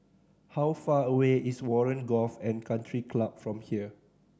how far away is Warren Golf and Country Club from here